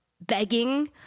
begging